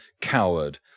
coward